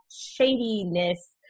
shadiness